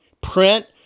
print